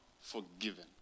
forgiven